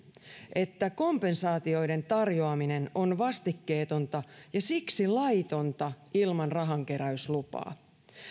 että kompensaatioiden tarjoaminen on vastikkeetonta ja siksi laitonta ilman rahankeräyslupaa